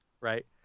Right